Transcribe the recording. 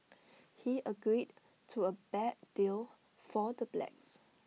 he agreed to A bad deal for the blacks